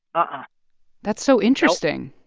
ah that's so interesting